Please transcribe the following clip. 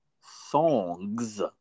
songs